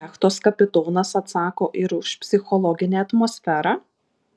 jachtos kapitonas atsako ir už psichologinę atmosferą